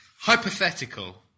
Hypothetical